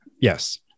Yes